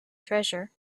treasure